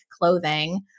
clothing